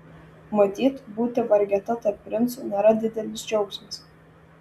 matyt būti vargeta tarp princų nėra didelis džiaugsmas